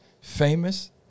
famous